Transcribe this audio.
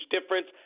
difference